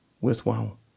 worthwhile